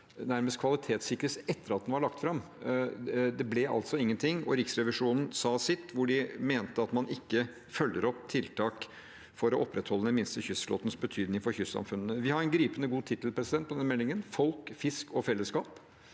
nærmest kvalitetssikres etter at den var lagt fram. Det ble altså ingenting, og Riksrevisjonen sa sitt. De mente at man ikke følger opp tiltak for å opprettholde den minste kystflåtens betydning for kystsamfunnene. Vi har en gripende god tittel på denne meldingen: Folk, fisk og fellesskap